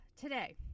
today